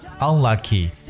unlucky